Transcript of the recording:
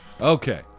Okay